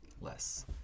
less